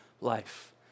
life